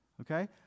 Okay